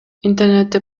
интернетти